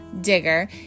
digger